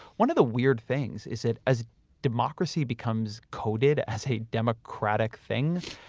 one of the weird things is that, as democracy becomes coded as a democratic thing,